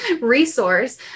resource